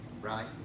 right